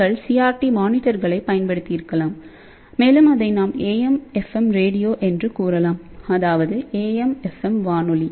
நீங்கள் சிஆர்டி மானிட்டர்களைப் பயன்படுத்தியிருக்கலாம் மேலும் அதை நாம் AM FM ரேடியோ என்று கூறலாம் அதாவது AM FM ரேடியோ